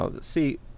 See